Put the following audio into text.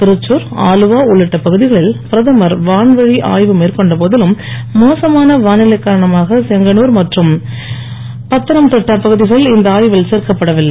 திரிச்தர் ஆலுவா உள்ளிட்ட பகுதிகளில் பிரதமர் வான்வழி ஆய்வு மேற்கொண்ட போதிலும் மோசமான வானிலை காரணமாக செங்கனூர் மற்றும் பந்தனம்திட்டா பகுதிகள் இந்த ஆய்வில் சேர்க்கப்படவில்லை